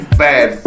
bad